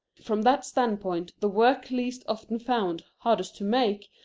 from that standpoint, the work least often found, hardest to make,